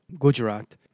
Gujarat